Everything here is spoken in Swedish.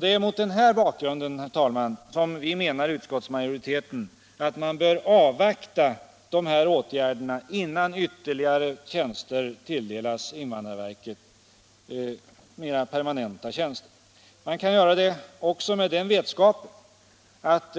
Det är mot den bakgrunden, herr talman, som vi i utskottsmajoriteten menar att man bör avvakta dessa åtgärder innan ytterligare permanenta tjänster tilldelas invandrarverket. Man kan avvakta också med den vetskapen att